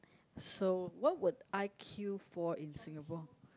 so what would I queue for in Singapore